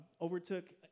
overtook